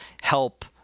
help